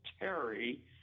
terry